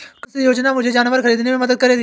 कौन सी योजना मुझे जानवर ख़रीदने में मदद करेगी?